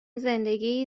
زندگی